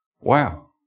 Wow